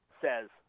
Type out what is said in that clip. says